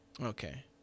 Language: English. Okay